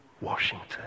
Washington